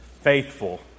faithful